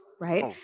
Right